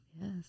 Yes